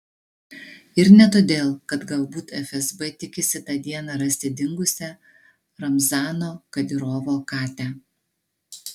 ir ne todėl kad galbūt fsb tikisi tą dieną rasti dingusią ramzano kadyrovo katę